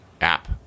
app